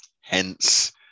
hence